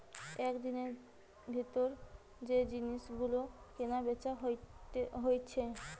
একদিনের ভিতর যে জিনিস গুলো কিনা বেচা হইছে